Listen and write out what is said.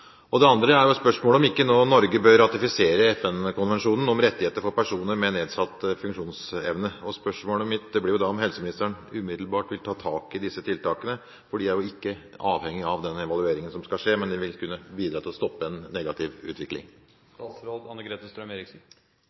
og det andre er spørsmålet om ikke Norge nå bør ratifisere FN-konvensjonen om rettighetene til mennesker med nedsatt funksjonsevne. Spørsmålet mitt blir da om helseministeren umiddelbart vil ta tak i disse tiltakene, for de er jo ikke avhengig av den evalueringen som skal skje, men de vil kunne bidra til å stoppe en negativ